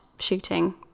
shooting